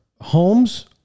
homes